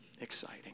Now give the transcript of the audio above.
exciting